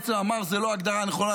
בעצם "אמר" זאת לא ההגדרה הנכונה,